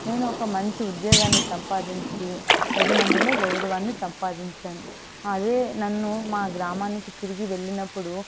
నేను ఒక మంచి ఉద్యోగాన్ని సంపాదించి పది మందిలో గౌరవాన్ని సంపాదించాను అదే నన్ను మా గ్రామానికి తిరిగి వెళ్ళినప్పుడు